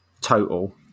total